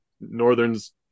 Northern's